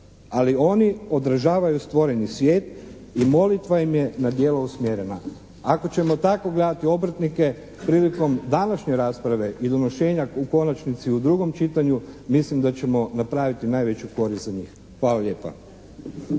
Ali oni odražavaju stvoreni svijet i molitva im je na djelo usmjerena." Ako ćemo tako gledati obrtnike prilikom današnje rasprave i donošenja u konačnici u drugom čitanju mislim da ćemo napraviti najveću korist za njih. Hvala lijepa.